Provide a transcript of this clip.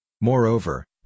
Moreover